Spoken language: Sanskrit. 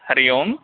हरिः ओं